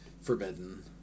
forbidden